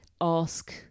ask